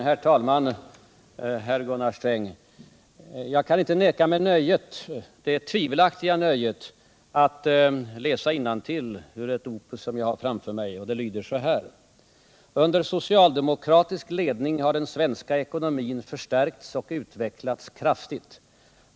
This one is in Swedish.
Herr talman! Herr Gunnar Sträng! Jag kan inte neka mig det tvivelaktiga nöjet att läsa innantill ur ett opus som jag har framför mig och som lyder så här: ”Under socialdemokratisk ledning har den svenska ekonomin förstärkts och utvecklats kraftigt.